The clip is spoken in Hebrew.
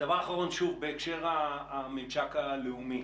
דבר אחרון, שוב בהקשר לממשק הלאומי.